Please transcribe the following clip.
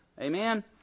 Amen